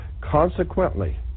Consequently